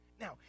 now